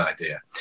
idea